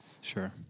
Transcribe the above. Sure